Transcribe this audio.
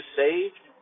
saved